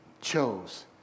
chose